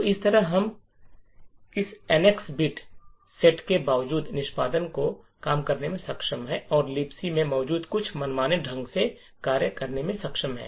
तो इस तरह से हम NX बिट सेट के बावजूद निष्पादन को कम करने में सक्षम हैं हम LibC में मौजूद कुछ मनमाने ढंग से कार्य करने में सक्षम हैं